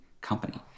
company